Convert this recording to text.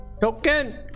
Token